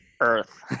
earth